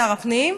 שר הפנים,